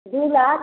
दो लाख